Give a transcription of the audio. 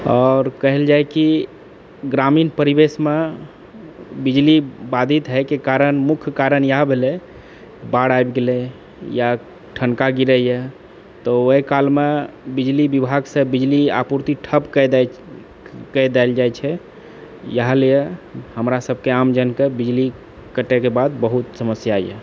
आओर कहल जाइ की ग्रामीण परिवेशमे बिजली बाधित होइके कारण मुख्य कारण इएह भेलै बाढ़ि आबि गेलै या ठनका गिरैइए तऽ ओहिकालमे बिजली विभागसँ बिजली आपूर्ति ठप कए देल जाइ छै इएह लिए हमरासबके आमजन के बिजली कटै के बाद बहुत समस्या होइया